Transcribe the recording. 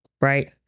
right